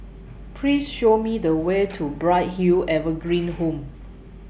Please Show Me The Way to Bright Hill Evergreen Home